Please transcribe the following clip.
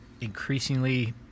increasingly